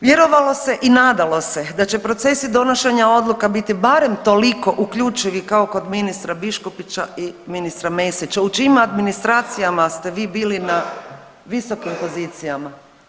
Vjerovalo se i nadalo se da će procesi donošenja odluka biti barem toliko uključivi kao kod ministra Biškupića i ministra Mesića u čijim administracijama ste vi bili na visokim pozicijama.